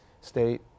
State